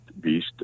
beast